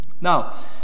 Now